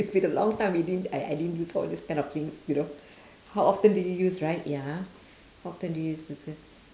it's been a long time we didn't I I didn't use all these kind of things you know how often do you use right ya how often do you use to s~